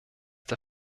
der